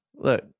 look